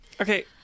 Okay